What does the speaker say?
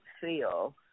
feel